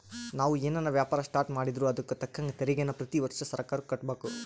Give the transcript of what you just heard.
ನಾವು ಏನನ ವ್ಯಾಪಾರ ಸ್ಟಾರ್ಟ್ ಮಾಡಿದ್ರೂ ಅದುಕ್ ತಕ್ಕಂಗ ತೆರಿಗೇನ ಪ್ರತಿ ವರ್ಷ ಸರ್ಕಾರುಕ್ಕ ಕಟ್ಟುಬಕು